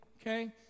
Okay